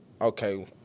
okay